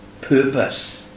purpose